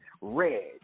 red